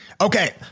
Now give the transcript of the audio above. okay